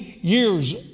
years